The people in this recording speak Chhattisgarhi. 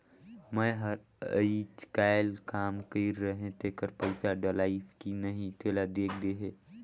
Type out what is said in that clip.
मै हर अईचकायल काम कइर रहें तेकर पइसा डलाईस कि नहीं तेला देख देहे?